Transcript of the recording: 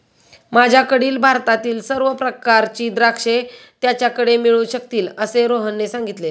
माझ्याकडील भारतातील सर्व प्रकारची द्राक्षे त्याच्याकडे मिळू शकतील असे रोहनने सांगितले